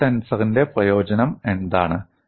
stress ടെൻസറിന്റെ പ്രയോജനം എന്താണ്